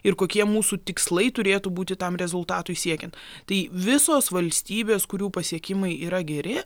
ir kokie mūsų tikslai turėtų būti tam rezultatui siekiant tai visos valstybės kurių pasiekimai yra geri